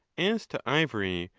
as to ivory,